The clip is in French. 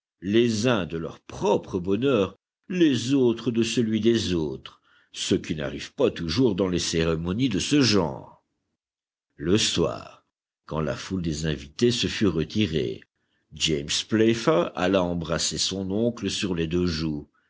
les uns de leur propre bonheur les autres de celui des autres ce qui n'arrive pas toujours dans les cérémonies de ce genre le soir quand la foule des invités se fut retirée james playfair alla embrasser son oncle sur les deux joues